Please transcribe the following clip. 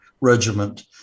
regiment